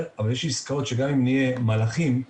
אבל יש עסקאות שגם אם נהיה בדמות מלאכים,